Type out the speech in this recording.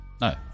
No